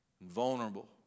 vulnerable